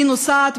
היא נוסעת,